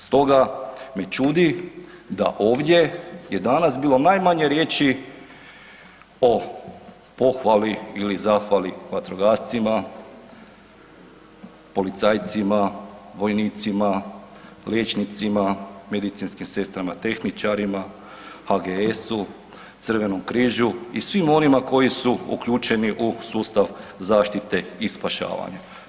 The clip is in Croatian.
Stoga me čudi da ovdje je danas bilo najmanje riječi o pohvali ili zahvali vatrogascima, policajcima, vojnicima, liječnicima, medicinskim sestrama, tehničarima, HGS-u, crvenom križu i svim onima koji su uključeni u sustav zaštite i spašavanja.